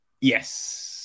Yes